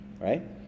right